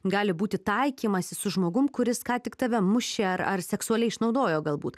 gali būti taikymasis su žmogum kuris ką tik tave mušė ar ar seksualiai išnaudojo galbūt